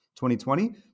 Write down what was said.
2020